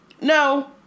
no